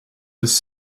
was